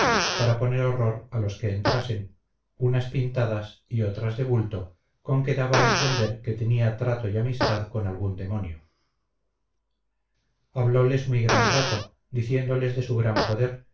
para poner horror a los que entrasen unas pintadas y otras de bulto con que daba a entender que tenía trato y amistad con algún demonio habloles muy gran rato diciéndoles de su gran poder